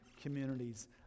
communities